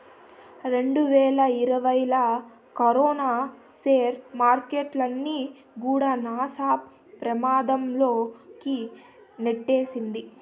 ఈ రెండువేల ఇరవైలా కరోనా సేర్ మార్కెట్టుల్ని కూడా శాన పెమాధం లోకి నెట్టినాది